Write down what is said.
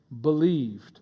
believed